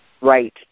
Right